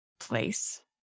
place